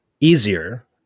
easier